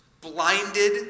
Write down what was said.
blinded